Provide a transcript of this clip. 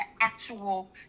actual